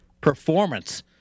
performance